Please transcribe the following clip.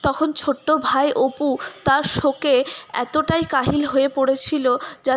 তখন ছোট্টো ভাই অপু তার শোকে এতটাই কাহিল হয়ে পড়েছিল যা